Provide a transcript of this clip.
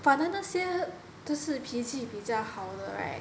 反而那些只是脾气比较好的 right